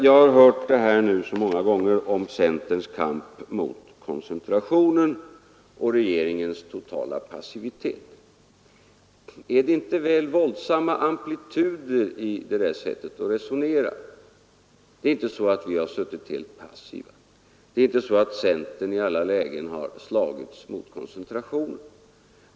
Jag har, fröken Eliasson, hört uttalandena om centerns kamp mot koncentrationen och regeringens totala passivitet väldigt många gånger. Är det inte väl våldsamma amplituder i det sättet att resonera, Det är inte så att vi har suttit helt passiva, det är inte så att centern i alla lägen har slagits mot koncentrationen.